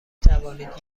توانید